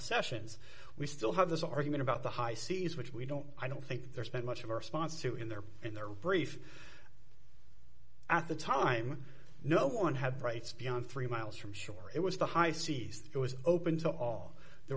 sessions we still have this argument about the high seas which we don't i don't think there's been much of a response to it in their in their brief at the time no one had rights beyond three miles from shore it was the high seas it was open to all there